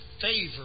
favor